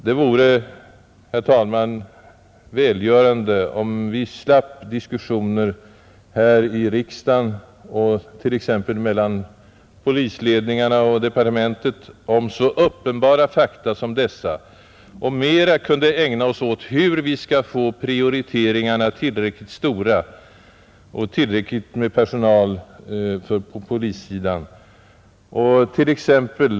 Det vore, herr talman, välgörande om vi slapp diskussioner här i riksdagen och t.ex. mellan polisledningarna och departementet om så uppenbara fakta som dessa och mera kunde ägna oss åt hur vi skall få prioriteringarna tillräckligt stora, dvs. hur vi skall i reell mening få bättre tillgång på personal på polissidan.